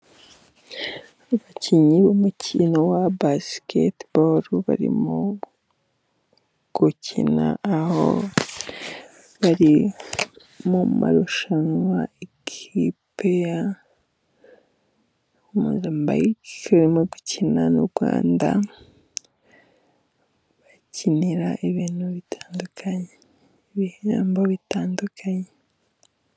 Abakinnyi b'umukino wa basiketibolo barimo gukina, aho bari mu marushanwa. Ikipe ya Mozambike irimo gukina n'u Rwanda bakinira ibintu bitandukanye, ibihembo bitandukanye.